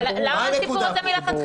הבעיה שלהם --- אבל למה הסיפור הזה מלכתחילה?